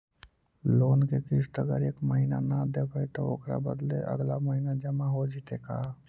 Loan के किस्त अगर एका महिना न देबै त ओकर बदले अगला महिना जमा हो जितै का?